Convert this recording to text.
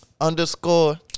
underscore